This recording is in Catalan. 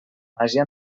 màgia